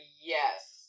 yes